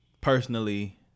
personally